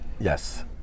Yes